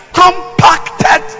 compacted